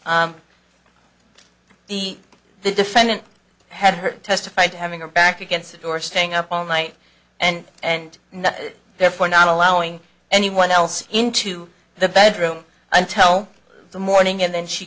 the the defendant had her testify to having her back against the door staying up all night and and therefore not allowing anyone else into the bedroom and tell the morning and then she